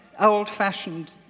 old-fashioned